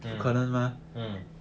mm mm